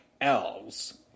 Elves